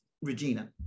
Regina